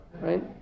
right